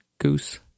Goose